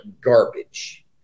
garbage